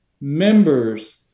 members